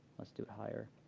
let's do higher,